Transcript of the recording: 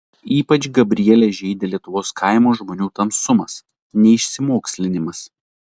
ypač gabrielę žeidė lietuvos kaimo žmonių tamsumas neišsimokslinimas